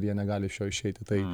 jie negali iš jo išeiti tai